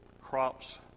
crops